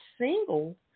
single